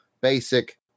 basic